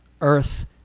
earth